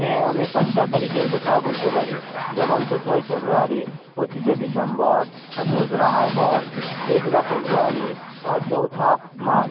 হ্যাঁ আমি পাঁচটা তারিখের কথা বলতে পারি যেমন চোদ্দোই ফেব্রুয়ারি পঁচিশে ডিসেম্বর হ্যাঁ দোসরা আগস্ট তেসরা ফেব্রুয়ারি হ্যাঁ চৌঠা মার্চ